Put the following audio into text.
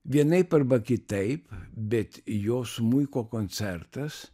vienaip arba kitaip bet jo smuiko koncertas